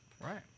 Right